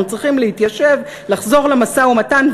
אנחנו צריכים להתיישב, לחזור למשא-ומתן.